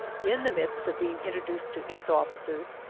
in the midst of being introduced to its officers,